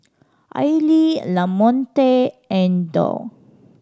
Aili Lamonte and Dow